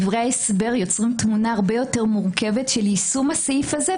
דברי ההסבר יוצרים תמונה הרבה יותר מורכבת של יישום הסעיף הזה,